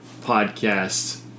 podcast